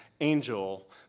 angel